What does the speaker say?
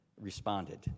responded